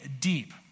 deep